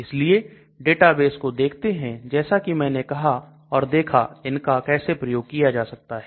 इसलिए डेटाबेस को देखते हैं जैसा कि मैंने कहा और देखा इनका कैसे प्रयोग किया जा सकता है